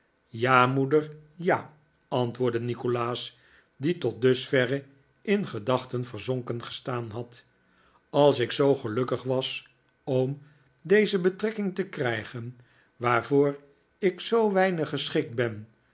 ja moeder ja antwoordde nikolaas die tot dusverre in gedachten verzonken gestaan had als ik zoo gelukkig was oom deze betrekking te krijgen waarvoor ik zoo weinig geschikt ben